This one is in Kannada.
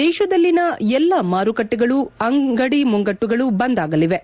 ದೇತದಲ್ಲಿನ ಎಲ್ಲಾ ಮಾರುಕಟ್ಟೆಗಳು ಅಂಗಿ ಮುಂಗಟ್ಟುಗಳು ಬಂದ್ ಆಗಲಿವೆ